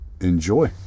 enjoy